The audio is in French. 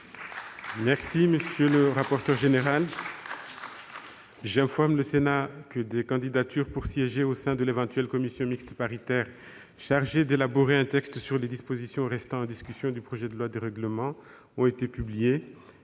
financiers cet automne. J'informe le Sénat que des candidatures pour siéger au sein de l'éventuelle commission mixte paritaire chargée d'élaborer un texte sur les dispositions restant en discussion du projet de loi de règlement du budget